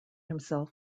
himself